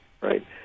right